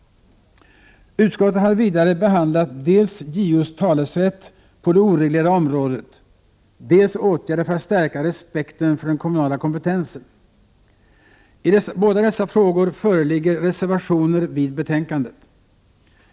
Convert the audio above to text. Utskottet har vidare behandlat dels JO:s talerätt på det oreglerade kommunala området, dels åtgärder för att stärka respekten för den kommunala kompetensen. I båda dessa frågor föreligger reservationer vid betänkandet.